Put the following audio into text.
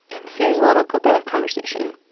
and here's a little clip at a conversation.